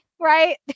right